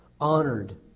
honored